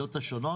בוועדות השונות.